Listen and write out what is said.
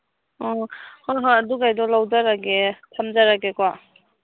ꯑꯣ ꯍꯣꯏ ꯍꯣꯏ ꯑꯗꯨꯒꯩꯗꯣ ꯂꯧꯖꯔꯒꯦ ꯊꯝꯖꯔꯒꯦꯀꯣ